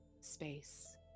space